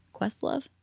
Questlove